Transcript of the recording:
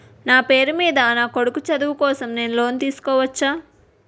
నా పేరు మీద నా కొడుకు చదువు కోసం నేను లోన్ తీసుకోవచ్చా?